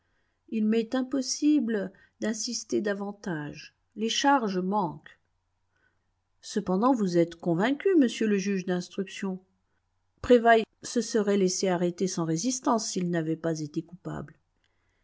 il m'est impossible d'insister davantage les charges manquent cependant vous êtes convaincu monsieur le juge d'instruction prévailles se serait laissé arrêter sans résistance s'il n'avait pas été coupable